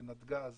ונתג"ז